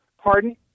Pardon